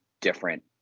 different